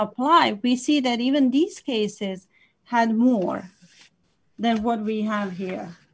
apply we see that even these cases had more then what we have here